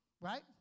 Right